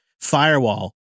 firewall